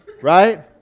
Right